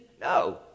No